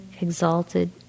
exalted